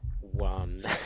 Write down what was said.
one